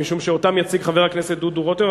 משום שאותם יציג חבר הכנסת דודו רותם,